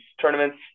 tournaments